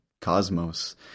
cosmos